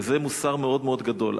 וזה מוסר מאוד מאוד גדול.